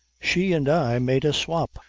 she and i made a swop,